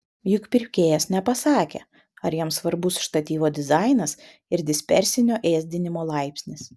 juk pirkėjas nepasakė ar jam svarbus štatyvo dizainas ir dispersinio ėsdinimo laipsnis